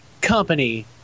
company